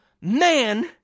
Man